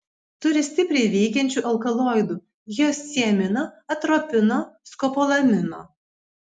turi stipriai veikiančių alkaloidų hiosciamino atropino skopolamino